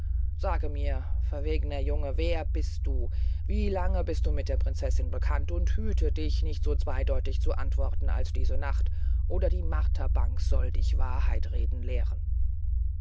sage mir verwegner junge wer bist du wie lange bist du mit der prinzessin bekannt und hüte dich nicht so zweydeutig zu antworten als diese nacht oder die marterbank soll dich wahrheit reden lehren